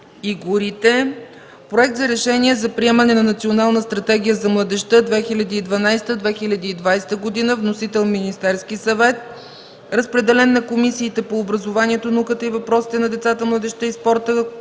горите. Проект за решение за приемане на Национална стратегия за младежта (2012–2020 г.). Вносител – Министерският съвет. Разпределен е на Комисията по образованието, науката и въпросите на децата, младежта и спорта,